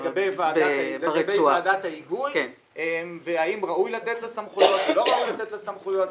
לגבי ועדת ההיגוי והאם ראוי לתת לה סמכויות או לא ראוי לתת לה סמכויות.